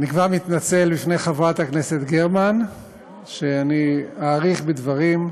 אני כבר מתנצל בפני חברת הכנסת גרמן שאאריך בדברים,